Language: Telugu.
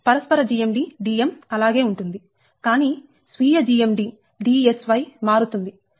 కాబట్టి పరస్పర GMD Dm అలాగే ఉంటుంది కానీ స్వీయ GMD DSY మారుతుంది